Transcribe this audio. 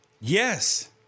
Yes